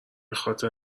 خاطر